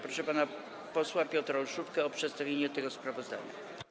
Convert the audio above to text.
Proszę pana posła Piotra Olszówkę o przedstawienie tego sprawozdania.